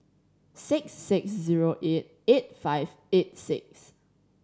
six six zero eight eight five eight six